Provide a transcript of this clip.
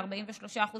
ל-43%,